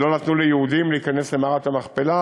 שלא נתנו ליהודים להיכנס למערת המכפלה,